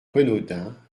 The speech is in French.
renaudin